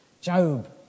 Job